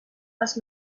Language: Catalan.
els